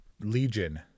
Legion